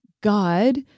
God